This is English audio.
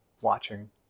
watching